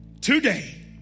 today